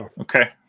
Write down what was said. Okay